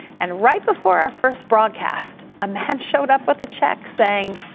and right before our first broadcast, a man showed up with a check saying,